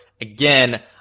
again